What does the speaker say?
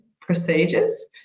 procedures